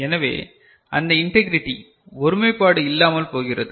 எனவே அந்த இண்டெகிரைடி ஒருமைப்பாடு இல்லாமல் போகிறது